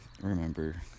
Remember